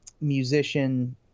musician